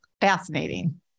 Fascinating